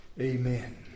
Amen